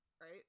Right